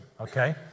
okay